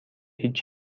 هیچ